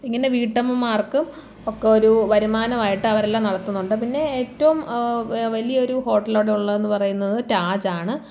ഇങ്ങനെ വീട്ടമ്മമാർക്ക് ഒക്കെ ഒരു വരുമാനമായിട്ട് അവരെല്ലാം നടത്തുന്നുണ്ട് പിന്നെ ഏറ്റവും വലിയൊരു ഹോട്ടൽ അവിടെ ഉള്ളതെന്ന് പറയുന്നത് റ്റാജ് ആണ്